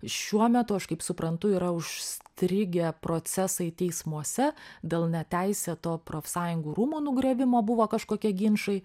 šiuo metu aš kaip suprantu yra užstrigę procesai teismuose dėl neteisėto profsąjungų rūmų nugriovimo buvo kažkokie ginčai